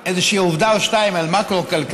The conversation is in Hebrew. על איזושהי עובדה או שתיים במקרו-כלכלה.